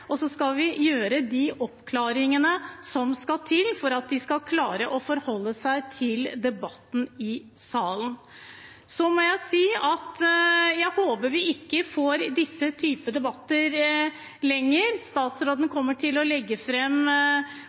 og så skal vi komme med de oppklaringene som skal til for at de skal klare å forholde seg til debatten i salen. Så må jeg si at jeg håper vi ikke får denne typen debatter lenger. Statsråden kommer til å legge